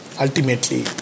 ultimately